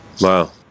Wow